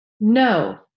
No